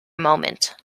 moment